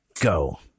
Go